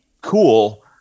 cool